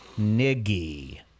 Niggy